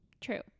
True